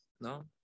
no